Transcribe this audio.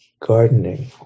gardening